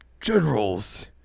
generals